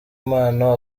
mpano